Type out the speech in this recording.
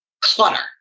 clutter